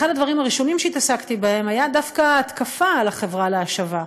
אחד הדברים הראשונים שהתעסקתי בהם היה דווקא התקפה על החברה להשבה.